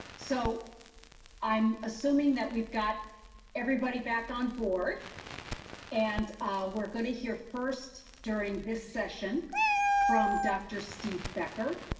so i'm assuming that we've got everybody back on board and we're going to hear first during this session from dr. steve becker.